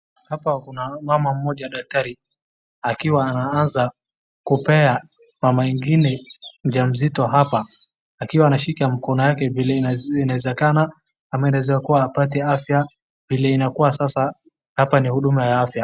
Hapa kuna mama mmoja daktari akiwa anaanza kupea mama ingine mjamzito hapa akiwa anashika mkono yake vile inawezekana ama inawezakuwa hapati afya vile inakua sasa hapa ni huduma ya afya.